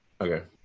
Okay